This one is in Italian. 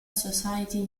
society